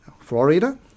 Florida